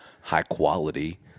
high-quality